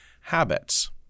habits